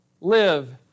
live